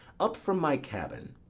up from my cabin,